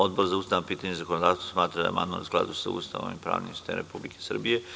Odbor za ustavna pitanja i zakonodavstvo smatra da je amandman u skladu sa Ustavom i pravnim sistemom Republike Srbije.